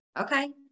Okay